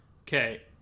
Okay